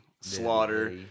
Slaughter